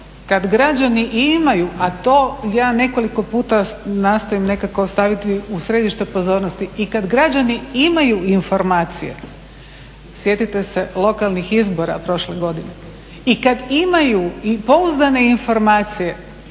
kad građani imaju a to ja nekoliko puta nastojim nekako staviti u središte pozornosti i kada građani imaju informacije, sjetite se lokalnih izbora prošle godine i kada imaju i pouzdane informacije